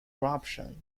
corruption